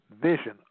vision